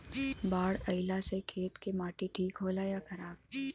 बाढ़ अईला से खेत के माटी ठीक होला या खराब?